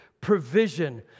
provision